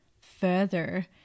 further